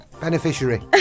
Beneficiary